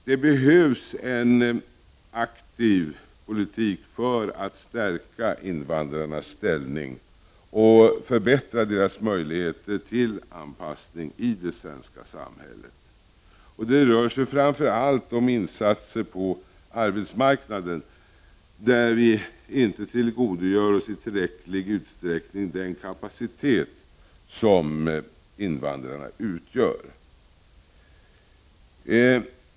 Det behövs en aktiv politik för att stärka invandrarnas ställning och förbättra deras möjligheter till anpassning i det svenska samhället. Det rör sig framför allt om insatser på arbetsmarknaden, där vi inte tillgodogör oss i tillräcklig utsträckning den kapacitet som invandrarna utgör.